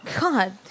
God